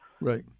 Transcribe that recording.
right